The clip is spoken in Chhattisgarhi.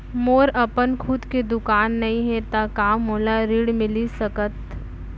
मोर अपन खुद के दुकान नई हे त का मोला ऋण मिलिस सकत?